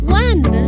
one